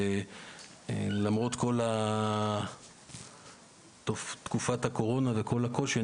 למרות כל תקופת הקורונה והקושי,